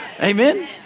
Amen